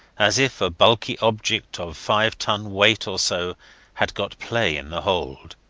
as if a bulky object of five-ton weight or so had got play in the hold.